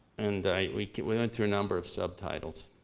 and i we we went through a number of subtitles.